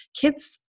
kids